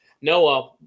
Noah